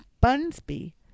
Bunsby